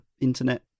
internet